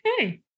Okay